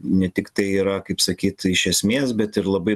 ne tiktai yra kaip sakyt iš esmės bet ir labai